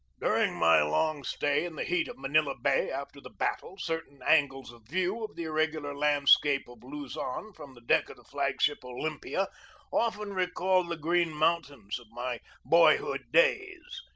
during my long stay in the heat of manila bay after the battle, certain angles of view of the irreg ular landscape of luzon from the deck of the flag ship olympia often recalled the green mountains of my boyhood days.